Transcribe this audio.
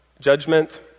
Judgment